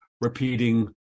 repeating